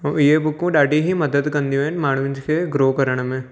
ऐं हीअ बुकूं ॾाढी ई मदद कंदियूं आहिनि माण्हुनि खे ग्रो करण में